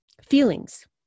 Feelings